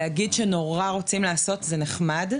להגיד שנורא רוצים לעשות זה נחמד,